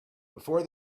before